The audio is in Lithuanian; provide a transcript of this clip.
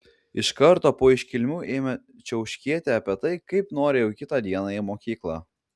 iš karto po iškilmių ėmė čiauškėti apie tai kaip nori jau kitą dieną į mokyklą